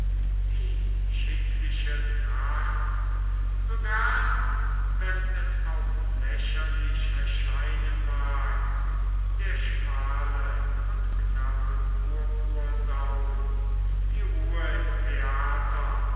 die schickliche tracht sogar wenn es auch lächerlich erscheinen mag der schmale und knappe purpursaum die ruhe im theater